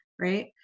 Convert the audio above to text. right